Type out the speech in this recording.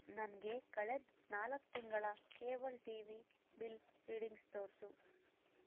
ನನಗೆ ಕಳೆದ ನಾಲ್ಕು ತಿಂಗಳ cable T V bill readings ತೋರಿಸು